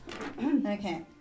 okay